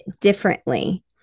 differently